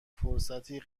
فرصتی